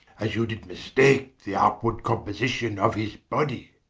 as you did mistake the outward composition of his body.